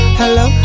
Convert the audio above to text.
hello